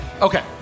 Okay